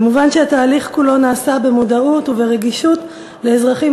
מובן שהתהליך כולו נעשה במודעות וברגישות לאזרחים